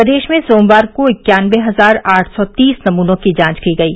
प्रदेश में सोमवार को इक्यानबे हजार आठ सौ तीस नमूनों की जांच की गयी